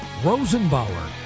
Rosenbauer